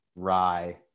rye